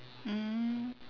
mm